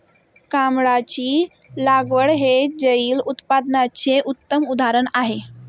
कमळाची लागवड हे जलिय उत्पादनाचे उत्तम उदाहरण आहे